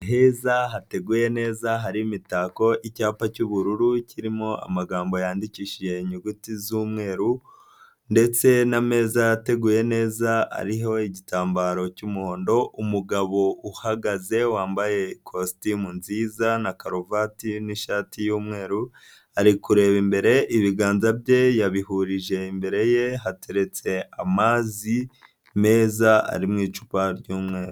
Heza hateguye neza hari imitako icyapa cy'ubururu kirimo amagambo yandikishije inyuguti z'umweru ndetse n'ameza ateguye neza ariho igitambaro cy'umuhondo umugabo uhagaze wambaye ikositimu nziza na karuvati n'ishati y'umweru ari kureba imbere ibiganza bye yabihurije imbere ye hateretse amazi meza ari mu icupa ry'umweru.